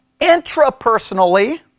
Intrapersonally